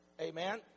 Amen